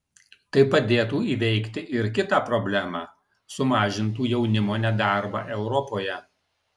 tai padėtų įveikti ir kitą problemą sumažintų jaunimo nedarbą europoje